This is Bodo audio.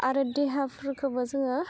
आरो देहाफोरखौबो जोङो